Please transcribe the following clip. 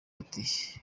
ati